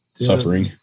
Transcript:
suffering